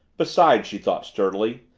besides, she thought sturdily,